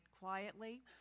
quietly